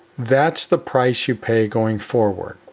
that's the price you pay going forward.